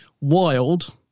wild